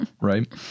right